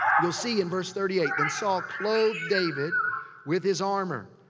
you'll see in verse thirty eight, then saul clothed david with his armor.